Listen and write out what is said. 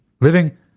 living